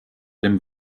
dem